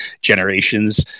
generations